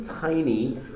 tiny